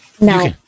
No